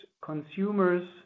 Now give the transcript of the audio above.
consumers